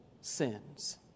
sins